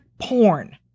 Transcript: porn